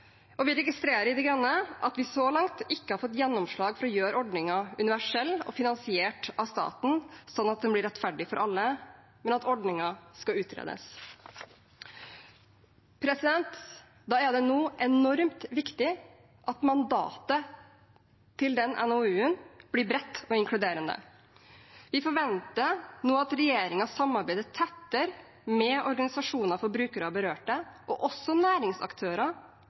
Vi i De Grønne registrerer at vi så langt ikke har fått gjennomslag for å gjøre ordningen universell og finansiert av staten, sånn at den blir rettferdig for alle, men at ordningen skal utredes. Da er det enormt viktig at mandatet til den NOU-en blir bredt og inkluderende. Vi forventer nå at regjeringen samarbeider tettere med organisasjoner for brukere og berørte og også næringsaktører,